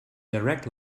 direct